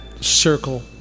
Circle